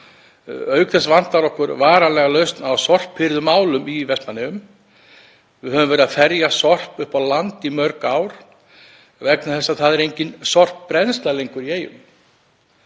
Auk þess vantar okkur varanlega lausn á sorphirðumálum. Við höfum verið ferja sorp upp á land í mörg ár vegna þess að það er engin sorpbrennsla lengur í Eyjum.